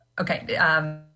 Okay